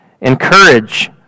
Encourage